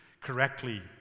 correctly